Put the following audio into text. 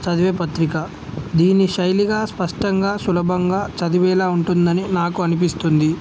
చదివే పత్రిక దీని శైలిగా స్పష్టంగా సులభంగా చదివేలా ఉంటుందని నాకు అనిపిస్తుంది